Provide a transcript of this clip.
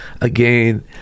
Again